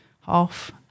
half